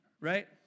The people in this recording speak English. Right